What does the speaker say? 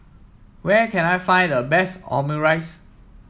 where can I find the best Omurice